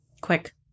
Quick